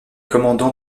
commandant